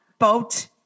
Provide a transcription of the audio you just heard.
boat